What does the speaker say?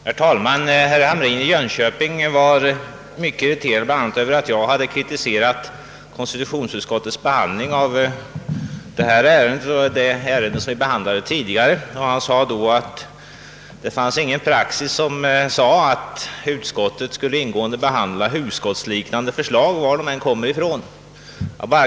Herr talman! Herr Hamrin i Jönköping var mycket irriterad över att jag kritiserade konstitutionsutskottets behandling av detta ärende och det ärende vi behandlade tidigare. Han sade att det inte finns någon praxis som säger att utskottet ingående skall behandla hugskottsliknande förslag, varifrån dessa än kommer.